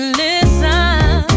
listen